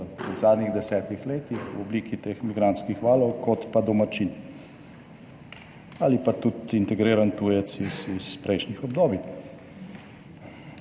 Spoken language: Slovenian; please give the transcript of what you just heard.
v zadnjih desetih letih v obliki teh migrantskih valov kot pa domačin ali pa tudi integriran tujec iz prejšnjih obdobij,